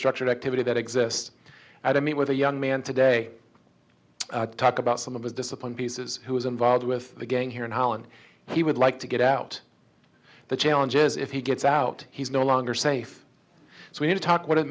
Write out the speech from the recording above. structured activities that exist at i mean with a young man today talk about some of his discipline pieces who was involved with the game here in holland he would like to get out the challenge is if he gets out he's no longer safe so we need to talk what it